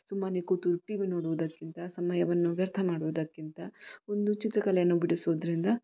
ಸುಮ್ಮನೆ ಕೂತು T V ನೋಡುವುದಕ್ಕಿಂತ ಸಮಯವನ್ನು ವ್ಯರ್ಥ ಮಾಡುವುದಕ್ಕಿಂತ ಒಂದು ಚಿತ್ರಕಲೆಯನ್ನು ಬಿಡಿಸುವುದರಿಂದ